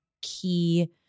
key